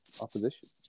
opposition